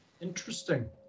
Interesting